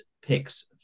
picks